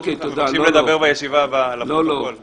אנחנו מבקשים בישיבה הבאה לקבל את זממנו.